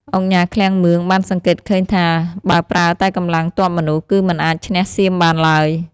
ឧកញ៉ា ឃ្លាំងមឿង បានសង្កេតឃើញថា បើប្រើតែកម្លាំងទ័ពមនុស្ស គឺមិនអាចឈ្នះសៀមបានឡើយ។